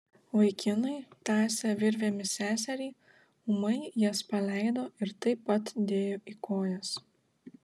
vaikinai tąsę virvėmis seserį ūmai jas paleido ir taip pat dėjo į kojas